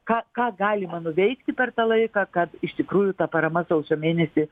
ką ką galima nuveikti per tą laiką kad iš tikrųjų ta parama sausio mėnesį